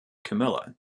camilla